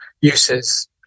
uses